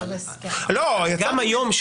גם היום,